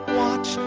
watch